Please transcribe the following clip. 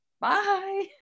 Bye